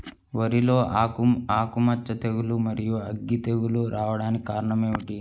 వరిలో ఆకుమచ్చ తెగులు, మరియు అగ్గి తెగులు రావడానికి కారణం ఏమిటి?